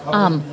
आम्